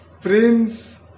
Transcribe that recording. Prince